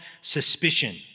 suspicion